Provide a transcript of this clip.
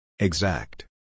Exact